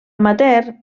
amateur